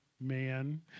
man